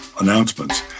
announcements